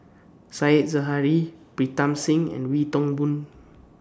Said Zahari Pritam Singh and Wee Toon Boon